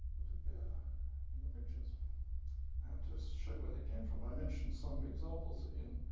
that appear in the pictures and to show where they came from. i mentioned some examples in